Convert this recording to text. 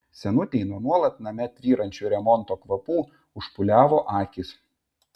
senutei nuo nuolat name tvyrančių remonto kvapų užpūliavo akys